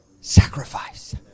sacrifice